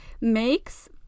makes